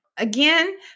Again